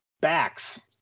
backs